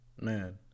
Man